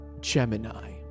gemini